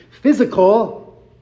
physical